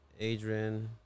Adrian